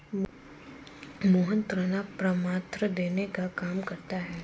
मोहन ऋण परामर्श देने का काम करता है